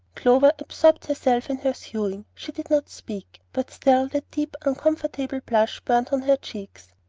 clover absorbed herself in her sewing, she did not speak but still that deep uncomfortable blush burned on her cheeks.